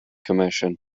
commission